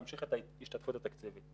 נמשיך את ההשתתפות התקציבית.